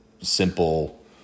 simple